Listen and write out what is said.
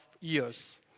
years